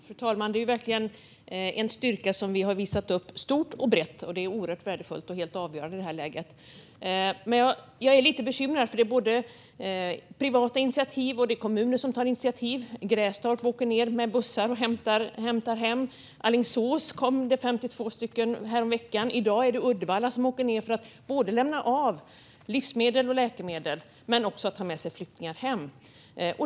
Fru talman! Det är verkligen en styrka som vi har visat upp stort och brett. Det är oerhört värdefullt och helt avgörande i det här läget. Men jag är lite bekymrad. Det är privata initiativ, och det är kommuner som tar initiativ. Grästorp åker ned med bussar och hämtar hem. Till Alingsås kom det 52 personer häromveckan. I dag är det Uddevalla som åker ned både för att lämna av livsmedel och läkemedel och för att ta med sig flyktingar hem.